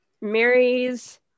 marries